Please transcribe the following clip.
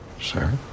Sir